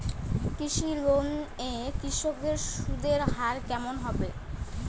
কৃষি লোন এ কৃষকদের সুদের হার কেমন হবে?